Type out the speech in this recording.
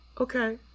Okay